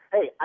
Hey